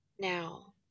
now